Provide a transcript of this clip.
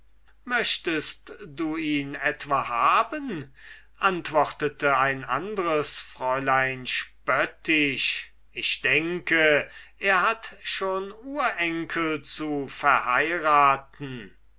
möchtest du ihn etwa haben antwortete ein andres fräulein spöttisch ich denke er hat schon urenkel zu verheuraten